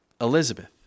Elizabeth